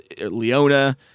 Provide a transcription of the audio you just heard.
Leona